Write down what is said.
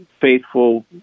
faithful